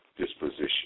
disposition